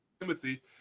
Timothy